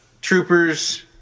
troopers